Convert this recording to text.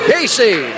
Casey